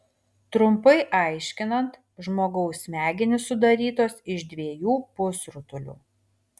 trumpai aiškinant žmogaus smegenys sudarytos iš dviejų pusrutulių